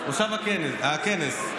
הכנס.